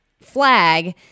flag